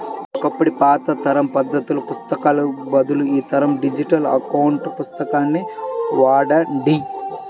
ఒకప్పటి పాత తరం పద్దుల పుస్తకాలకు బదులు ఈ తరం డిజిటల్ అకౌంట్ పుస్తకాన్ని వాడండి